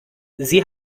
sie